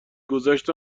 گذشت